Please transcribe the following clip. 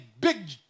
big